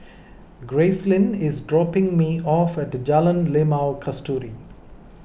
Gracelyn is dropping me off at Jalan Limau Kasturi